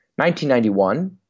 1991